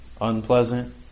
Unpleasant